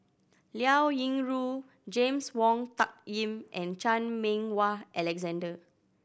Liao Yingru James Wong Tuck Yim and Chan Meng Wah Alexander